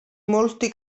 molti